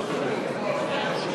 הביניים?